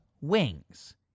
Wings